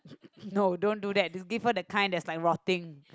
no don't do that to give her the kinds that's like rotting